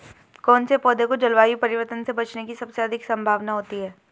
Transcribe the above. कौन से पौधे को जलवायु परिवर्तन से बचने की सबसे अधिक संभावना होती है?